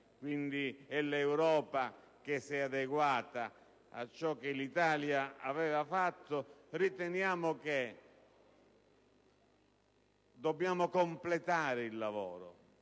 cui è l'Europa che si è adeguata a ciò che l'Italia aveva fatto - riteniamo che sia necessario completare il lavoro.